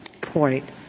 point